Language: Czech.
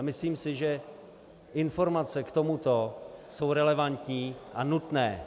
Myslím si, že informace k tomuto jsou relevantní a nutné.